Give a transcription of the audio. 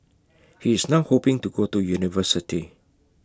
he is now hoping to go to university